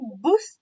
boost